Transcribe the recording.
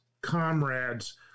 comrades